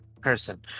person